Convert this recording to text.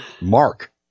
Mark